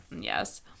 Yes